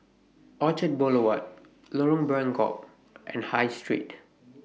Orchard Boulevard Lorong Buangkok and High Street